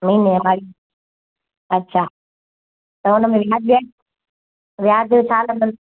घणी महवारी अछा त उन में ब्याज वियाज व्याज छा लॻंदो